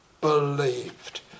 believed